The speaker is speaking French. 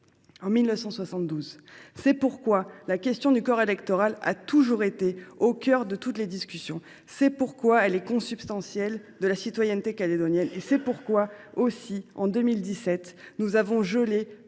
». C’est pourquoi la question du corps électoral a toujours été au cœur de toutes les discussions. C’est pourquoi elle est consubstantielle à la question de la citoyenneté calédonienne. C’est pourquoi, aussi, en 2017, nous avons gelé